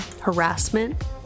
harassment